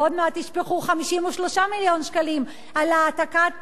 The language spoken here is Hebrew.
ועוד מעט ישפכו 53 מיליון שקלים על העתקת